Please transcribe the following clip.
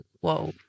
whoa